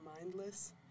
mindless